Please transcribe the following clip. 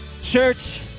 Church